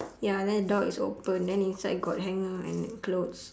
ya then the door is open then inside got hanger and clothes